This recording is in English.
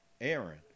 Aaron